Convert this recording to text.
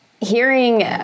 hearing